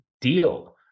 deal